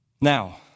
Now